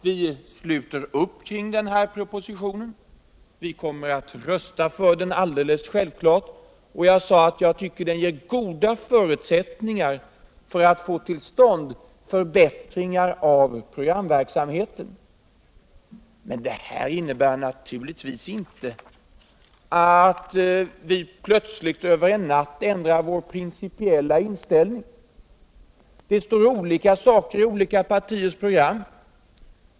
Vi sluter upp kring propositionen och kommer självklart att rösta för den. Jag sade också att jag tycker att den ger goda förutsättningar för att få till stånd förbättringar av programverksamheten. Detta innebär inte att vi plötsligt, över en natt, ändrar vår principiella inställning. Det står olika saker i skilda partiers program.